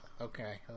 Okay